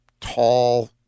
tall